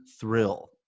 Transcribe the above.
thrill